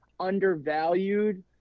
Undervalued